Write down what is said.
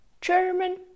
German